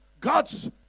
God's